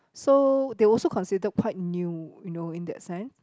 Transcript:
so they also considered quite new you know in that sense